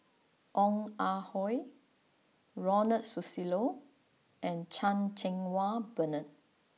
Ong Ah Hoi Ronald Susilo and Chan Cheng Wah Bernard